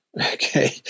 okay